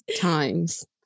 times